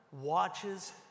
watches